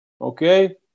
Okay